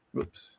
Oops